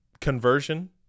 conversion